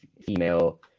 female